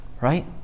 right